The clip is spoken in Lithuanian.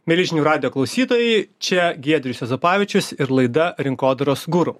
mieli žinių radijo klausytojai čia giedrius juozapavičius ir laida rinkodaros guru